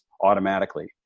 automatically